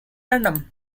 random